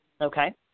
okay